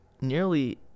nearly